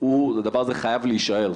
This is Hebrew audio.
הדבר הזה חייב להישאר,